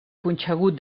punxegut